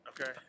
okay